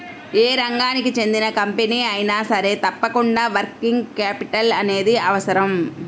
యే రంగానికి చెందిన కంపెనీ అయినా సరే తప్పకుండా వర్కింగ్ క్యాపిటల్ అనేది అవసరం